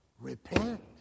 repent